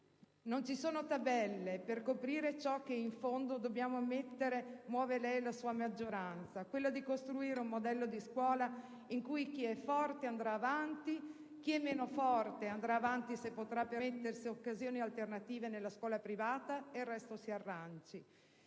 Non ci sono tabelle per capire ciò che, in fondo - lo dobbiamo ammettere - muove lei e la sua maggioranza: costruire un modello di scuola in cui chi è forte andrà avanti, chi è meno forte andrà avanti se potrà permettersi occasioni alternative nella scuola privata, e il resto si arrangi.